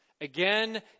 again